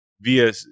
via